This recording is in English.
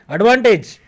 Advantage